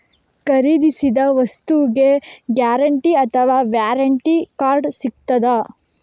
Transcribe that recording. ಖರೀದಿಸಿದ ವಸ್ತುಗೆ ಗ್ಯಾರಂಟಿ ಅಥವಾ ವ್ಯಾರಂಟಿ ಕಾರ್ಡ್ ಸಿಕ್ತಾದ?